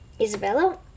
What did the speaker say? Isabella